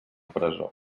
presó